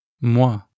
moi